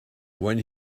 when